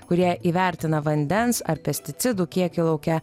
kurie įvertina vandens ar pesticidų kiekį lauke